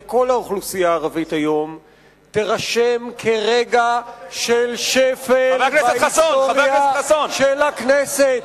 כל האוכלוסייה הערבית היום תירשם כרגע של שפל בהיסטוריה של הכנסת.